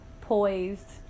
poised